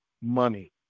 money